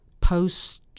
post